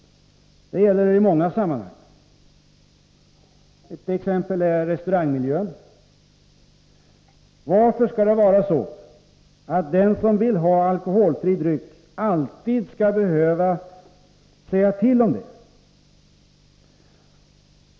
Det kan vi konstatera i många sammanhang. Ett exempel är restaurangmiljön. Varför skall det vara så att den som vill ha alkoholfri dryck alltid skall behöva säga till om det?